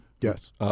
Yes